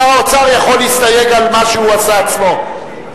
שר האוצר יכול להסתייג על מה שהוא עצמו עשה.